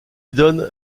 donne